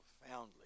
profoundly